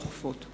הרשויות האוכפות.